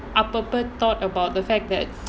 unproper thoughts about the fact that